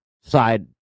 side